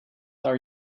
are